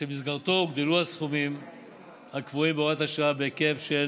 שבמסגרתו הוגדלו הסכומים הקבועים בהוראת השעה בהיקף של